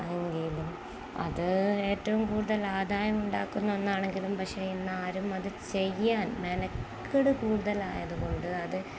എങ്കിലും അത് ഏറ്റവും കൂടുതൽ ആദായമുണ്ടാക്കുന്ന ഒന്നാണെങ്കിലും പക്ഷെ ഇന്നാരും അതു ചെയ്യാൻ മെനക്കേടു കൂടുതലായതുകൊണ്ട് അത്